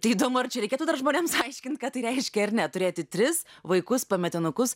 tai įdomu ar čia reikėtų dar žmonėms aiškint ką tai reiškia ar ne turėti tris vaikus pametinukus